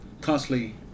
constantly